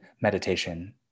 meditation